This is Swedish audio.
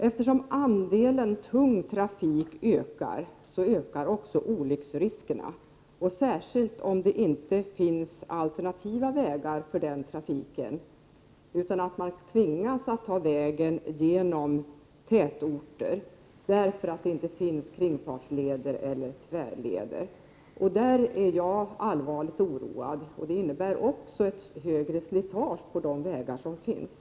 Eftersom andelen tung trafik ökar, ökar också olycksriskerna, särskilt om det inte finns alternativa vägar för den trafiken, utan den tvingas gå genom tätorter därför att det inte finns kringfartsleder eller tvärleder. Den saken är jag allvarligt oroad av. Det innebär också ett högre slitage på de vägar som finns.